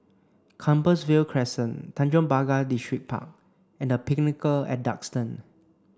Compassvale Crescent Tanjong Pagar Distripark and The Pinnacle at Duxton